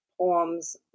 poems